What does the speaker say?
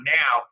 now